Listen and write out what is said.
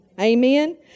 Amen